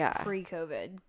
pre-COVID